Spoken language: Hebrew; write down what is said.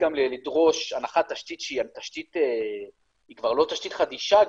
גם לדרוש הנחת תשתית שהיא כבר לא תשתית חדישה,